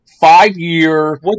five-year